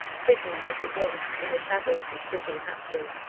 hidden as it was in the shadow of his dripping hat brim.